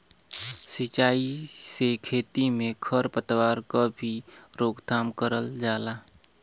सिंचाई से खेती में खर पतवार क भी रोकथाम करल जाला